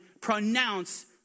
pronounce